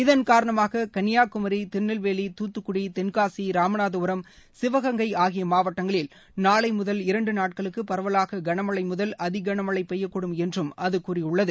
இதன் காரணமாக கன்னியாகுமரி திருநெல்வேலி துத்துக்குடி தென்காசி ராமநாதபுரம் சிவகங்கை ஆகிய மாவட்டங்களில் நாளை முதல் இரண்டு நாட்களுக்கு பரவலாக களமழை முதல் அதி களமழை பெய்யக்கூடும் என்றும் அது கூறியுள்ளது